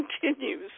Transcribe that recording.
continues